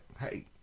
Hey